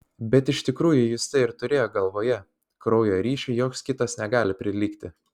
bet iš tikrųjų jis tai ir turėjo galvoje kraujo ryšiui joks kitas negali prilygti